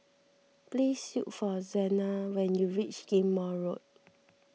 please look for Xena when you reach Ghim Moh Road